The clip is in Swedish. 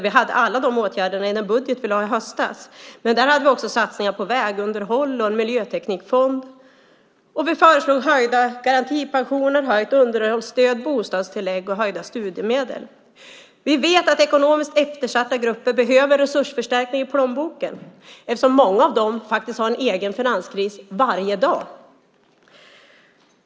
Vi hade alla de åtgärderna i den budget vi lade fram i höstas, men där hade vi också satsningar på vägunderhåll och en miljöteknikfond. Vi föreslog höjda garantipensioner, höjt underhållsstöd, bostadstillägg och höjda studiemedel. Vi vet att ekonomiskt eftersatta grupper behöver resursförstärkning i plånboken eftersom många av dem har en egen finanskris varje dag.